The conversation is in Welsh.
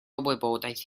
wybodaeth